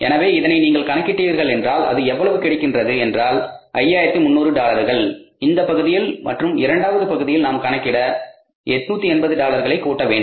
எனவே இதனை நீங்கள் கணக்கிட்டீர்களென்றால் அது எவ்வளவு கிடைக்கின்றது என்றால் 5300 டாலர்கள் இந்தப் பகுதியில் மற்றும் இரண்டாவது பகுதியில் நாம் கணக்கிட 880 டாலர்களை கூட்டவேண்டும்